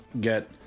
get